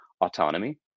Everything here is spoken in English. autonomy